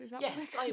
Yes